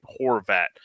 Horvat